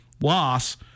loss